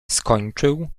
skończył